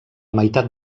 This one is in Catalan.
meitat